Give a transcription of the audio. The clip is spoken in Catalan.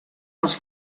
els